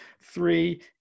Three